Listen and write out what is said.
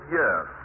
yes